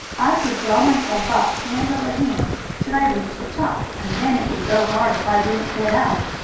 i could draw myself up hand over hand till i reached the top, and then it would go hard if i didn't get out.